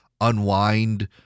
unwind